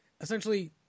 essentially